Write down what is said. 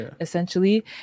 essentially